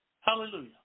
Hallelujah